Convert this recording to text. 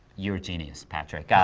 you're a genius, patrick,